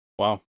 Wow